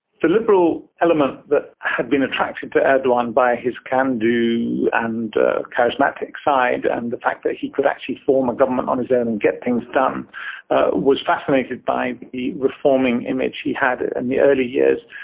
the liberal element that been attracted to erdogan by his can-do and charismatic side and the fact that he could actually form a government on his own and get things done was fascinated by the reforming image he had in the early years,